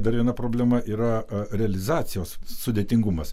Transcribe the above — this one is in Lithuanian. dar viena problema yra realizacijos sudėtingumas